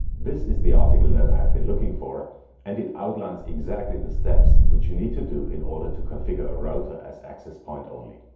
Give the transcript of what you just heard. this is the article that i have been looking for and it outlines exactly the steps which you need to do in order to configure a router as access point only.